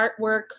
artwork